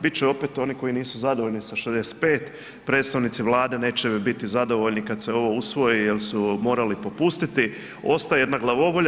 Bit će opet onih koji nisu zadovoljni sa 65, predstavnici Vlade neće biti zadovoljni kada se ovo usvoji jer su morali popustiti, ostaje jedna glavobolja.